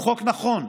הוא חוק נכון.